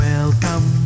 Welcome